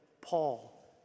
Paul